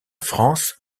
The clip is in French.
france